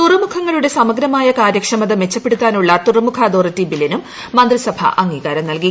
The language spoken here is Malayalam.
തുറമുഖങ്ങളുടെ സമഗ്രമായ കാര്യക്ഷമത മെച്ചപ്പെടുത്താനുള്ള തുറമുഖ അതോറിറ്റി ബില്ലിനും മന്ത്രിസഭ അംഗീകാരം നൽകി